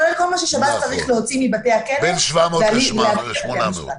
כולל כל מה ששב"ס צריך להוציא מבתי הכלא ולהביא לבתי המשפט.